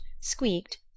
squeaked